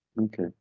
okay